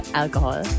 alcohol